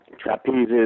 trapezes